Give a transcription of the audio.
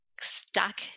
stuck